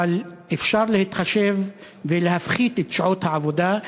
אבל אפשר להתחשב ולהפחית את שעות העבודה,